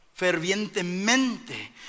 fervientemente